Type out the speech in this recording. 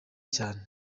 cyane